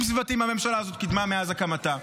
הממשלה הזאת קידמה מאז הקמתה?